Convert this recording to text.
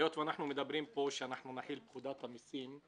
היות ואנחנו מדברים פה שאנחנו נחיל את פקודת המסים,